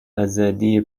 آزادی